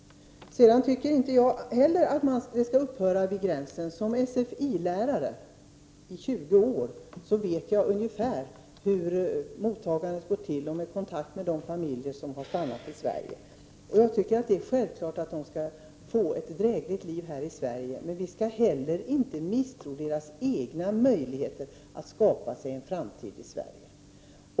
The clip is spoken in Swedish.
— Jag tycker inte att mottagandet skall upphöra vid gränsen. Som sfi-lärare i 20 år och genom kontakter med de familjer som har stannat i Sverige vet jag ungefär hur mottagandet går till. Det är självklart att de skall få ett drägligt liv här, men vi skall inte heller misstro deras egna möjligheter att skapa sig en framtid i Sverige.